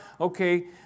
okay